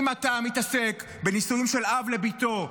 אם אתה מתעסק בנישואים של אב לביתו,